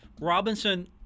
Robinson